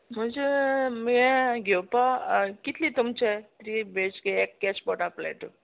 म्हजें यें घेवपा कितली तुमचे त्रीए बी एच के एक केश पोटा फ्लॅटू